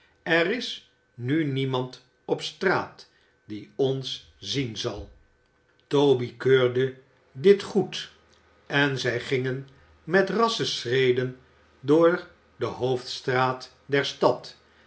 er is nu niemand op straat die ons zien zal toby keurde dit goed en zij gingen met rassche schreden door de hoofdstraat der stad